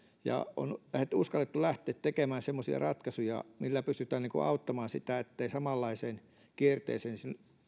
ja on uskallettu lähteä tekemään semmoisia ratkaisuja millä pystytään auttamaan sitä ettei samanlaiseen kierteeseen